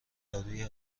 دارویی